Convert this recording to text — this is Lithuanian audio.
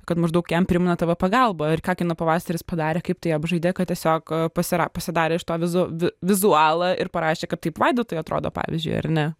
kad maždaug jam primena tv pagalbą ir ką kino pavasaris padarė kaip tai apžaidė kad tiesiog pasira pasidarė iš to vizu vizualą ir parašė kad taip vaidotui atrodo pavyzdžiui ar ne